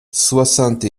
soixante